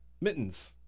mittens